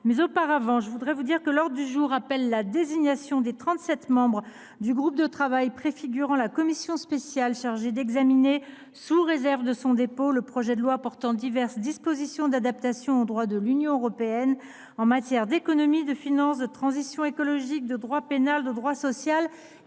mais sur la base de la vérité ! L’ordre du jour appelle la désignation des trente sept membres du groupe de travail préfigurant la commission spéciale chargée d’examiner, sous réserve de son dépôt, le projet de loi portant diverses dispositions d’adaptation au droit de l’Union européenne en matière d’économie, de finances, de transition écologique, de droit pénal, de droit social et en matière